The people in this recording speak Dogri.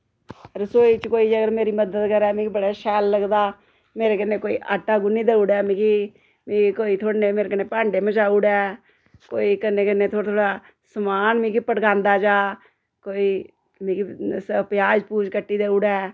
रसोई च कोई जेकर मेरी मदद करै मी बड़ा शैल लगदा मेरे कन्नै कोई आटा गुन्नी देई ओड़ै मिगी मिगी कोई थोह्ड़ा निहा मेरे कन्नै भांडे मंजाई ओड़ै कोई कन्नै कन्नै थोह्ड़ा थोह्ड़ा समान मिगी पकड़ांदा जा कोई मिगी प्याज पूज कट्टी देई ओड़ै